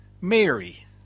Mary